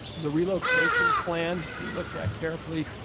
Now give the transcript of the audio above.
the relocation plan, we looked at carefully.